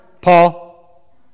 Paul